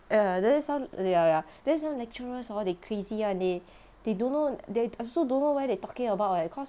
ya then some ya lah then some lecturers hor they crazy [one] they they don't know they I also don't know what they talking about eh cause